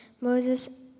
Moses